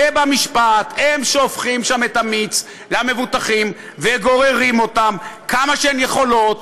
ובמשפט הם שופכים שם את המיץ למבוטחים וגוררים אותם כמה שהם יכולים,